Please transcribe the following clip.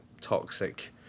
toxic